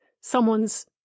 someone's